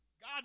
God